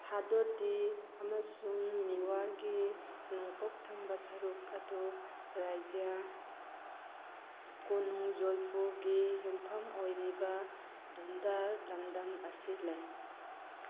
ꯍꯥꯗꯣꯇꯤ ꯑꯃꯁꯨꯡ ꯃꯤꯋꯥꯔꯒꯤ ꯅꯣꯡꯄꯣꯛ ꯊꯪꯕ ꯁꯔꯨꯛ ꯑꯗꯨ ꯔꯥꯖ꯭ꯌ ꯀꯣꯅꯨꯡ ꯖꯣꯏꯄꯨꯔꯒꯤ ꯌꯨꯝꯐꯝ ꯑꯣꯏꯔꯤꯕ ꯙꯨꯟꯙꯔ ꯂꯝꯗꯝ ꯑꯁꯤ ꯂꯩ